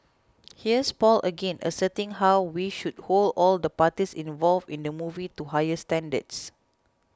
here's Paul again asserting how we should hold all the parties involved in the movie to higher standards